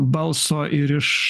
balso ir iš